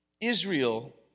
Israel